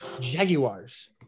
Jaguars